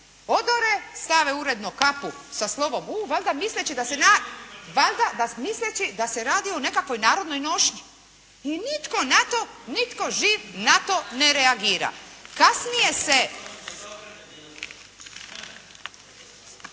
odore, stave uredno kapu sa slovom "U" valjda misleći da se na, valjda misleći da se radi o nekakvoj narodnoj nošnji. I nitko na to, nitko živ na to ne reagira. Kasnije se.